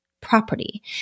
property